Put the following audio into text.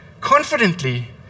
confidently